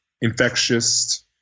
infectious